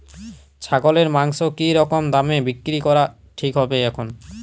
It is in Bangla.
ছাগলের মাংস কী রকম দামে বিক্রি করা ঠিক হবে এখন?